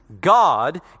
God